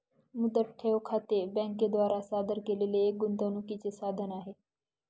मुदत ठेव खाते बँके द्वारा सादर केलेले एक गुंतवणूकीचे साधन आहे